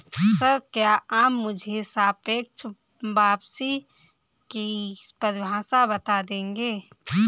Sir, क्या आप मुझे सापेक्ष वापसी की परिभाषा बता देंगे?